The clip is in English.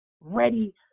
ready